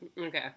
Okay